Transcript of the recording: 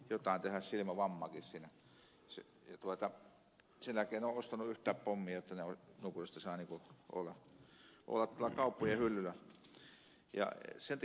sen jälkeen en ole ostanut yhtään pommia jotta ne lopullisesti saavat olla tuolla kauppojen hyllyillä